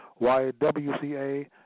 YWCA